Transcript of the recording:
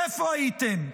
איפה הייתם?